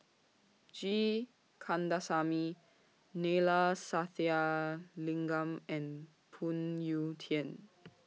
G Kandasamy Neila Sathyalingam and Phoon Yew Tien